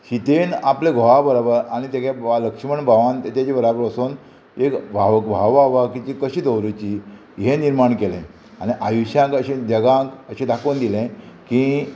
शितेन आपले घोवा बराबर आनी तेगे भाव लक्ष्मण भावान तेजे बराबर वसोन एक भाव भाव भाव की कशी दवरूची हें निर्माण केलें आनी आयुश्याक अशें जगांक अशें दाखोवन दिलें की